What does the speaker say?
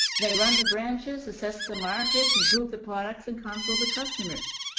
they run the branches, assess the market, improve the products, and counsel the customers.